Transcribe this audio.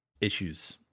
issues